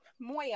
Moya